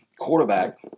quarterback